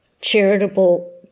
charitable